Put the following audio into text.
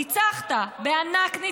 ניצחת, בענק.